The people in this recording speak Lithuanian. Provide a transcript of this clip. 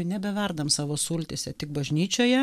nebeverdam savo sultyse tik bažnyčioje